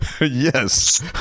Yes